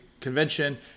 convention